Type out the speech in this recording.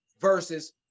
versus